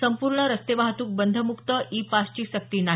संपूर्ण रस्ते वाहतूक बंधमुक्त ई पासची सक्ती नाही